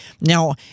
now